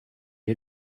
est